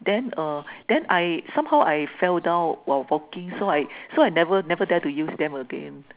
then uh then I somehow I fell down while walking so I so I never never dare to use them again